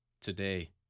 Today